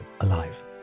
alive